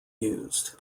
used